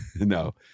no